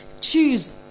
choose